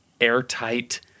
airtight